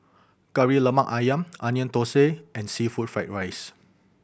Kari Lemak Ayam Onion Thosai and seafood fried rice